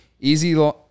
Easy